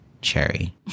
cherry